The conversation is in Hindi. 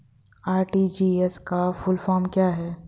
आर.टी.जी.एस का फुल फॉर्म क्या है?